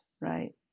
right